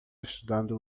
estudando